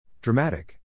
Dramatic